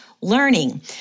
learning